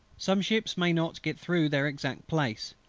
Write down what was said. some ships may not get through their exact place,